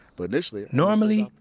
but initially, normally,